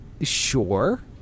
sure